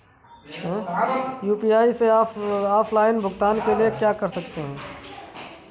UPI से offline भुगतान के लिए क्या कर सकते हैं?